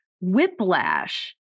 whiplash